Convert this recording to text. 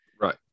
right